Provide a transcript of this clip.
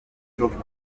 truth